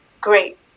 great